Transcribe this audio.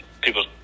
people